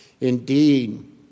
Indeed